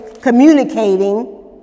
communicating